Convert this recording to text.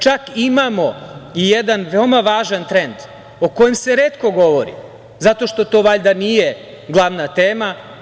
Čak imamo i jedan veoma važan trend o kojem se retko govori zato što to valjda nije glavna tema.